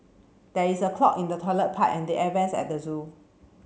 there is a clog in the toilet pipe and the air vents at the zoo